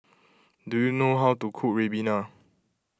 do you know how to cook Ribena